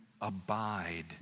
abide